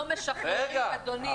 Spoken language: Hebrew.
אדוני.